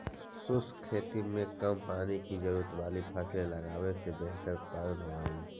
शुष्क खेती में कम पानी की जरूरत वाली फसलें लगावे से बेहतर उत्पादन होव हई